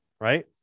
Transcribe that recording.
right